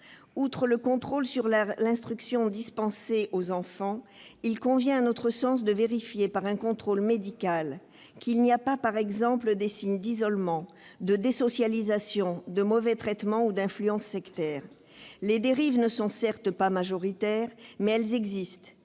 outre le contrôle sur l'instruction dispensée aux enfants, il convient de vérifier par un contrôle médical qu'il n'y a pas, par exemple, de signes d'isolement, de désocialisation, de mauvais traitements ou d'influence sectaire. Certes, les dérives ne sont pas majoritaires, mais elles existent